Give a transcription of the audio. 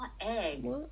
egg